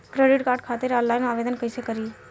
Credit card खातिर online आवेदन कइसे करि?